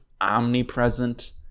omnipresent